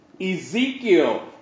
Ezekiel